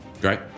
Great